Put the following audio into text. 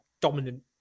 dominant